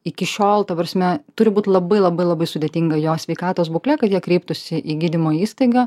iki šiol ta prasme turi būt labai labai labai sudėtinga jo sveikatos būklė kad jie kreiptųsi į gydymo įstaigą